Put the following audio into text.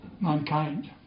mankind